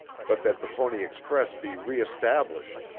but that the pony express be reestablished.